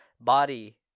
body